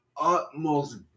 utmost